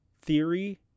theory